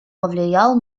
повлиял